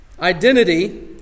identity